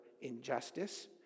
injustice